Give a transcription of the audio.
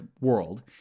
world